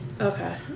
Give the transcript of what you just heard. Okay